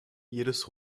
jedes